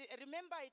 remember